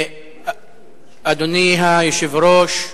אדוני היושב-ראש,